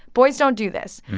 boys don't do this.